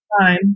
time